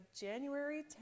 January